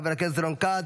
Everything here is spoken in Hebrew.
חבר הכנסת רון כץ,